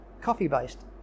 coffee-based